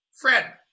Fred